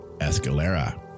escalera